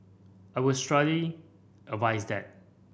I would strongly advise that